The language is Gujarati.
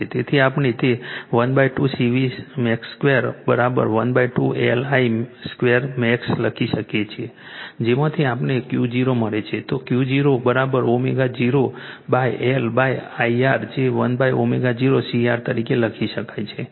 તેથી આપણે તે 12 C Vmax 2 12 L Imax 2 લખી શકીએ જેમાંથી આપણને Q0 મળે છે તો Q0 ω0L IR જે 1ω0 CR તરીકે લખી શકાય છે